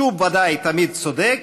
שהוא בוודאי תמיד צודק,